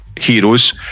heroes